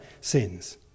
sins